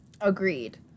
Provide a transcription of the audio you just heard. Agreed